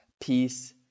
Peace